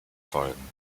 folgen